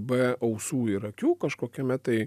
be ausų ir akių kažkokiame tai